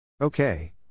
Okay